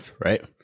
right